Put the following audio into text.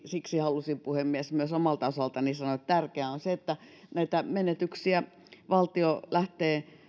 siksi halusin puhemies myös omalta osaltani sanoa että tärkeää on se että näitä menetyksiä valtio lähtee